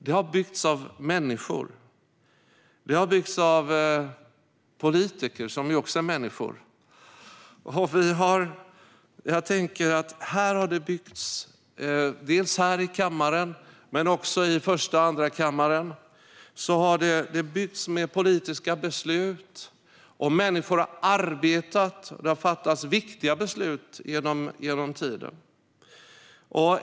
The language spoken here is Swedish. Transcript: Det har byggts av människor, politiker. Här i enkammarriksdagen och i första och andrakammaren har man byggt med politiska beslut. Människor har arbetat, och det har fattats viktiga beslut genom tiderna.